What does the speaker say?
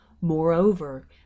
Moreover